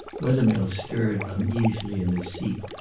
wethermill stirred uneasily in his seat.